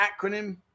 acronym